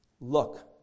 look